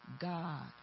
God